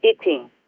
eating